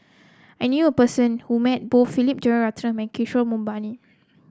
I knew a person who met both Philip Jeyaretnam Kishore Mahbubani